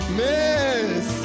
miss